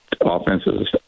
offenses